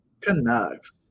Canucks